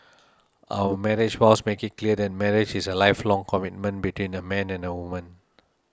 our marriage vows make it clear that marriage is a lifelong commitment between a man and a woman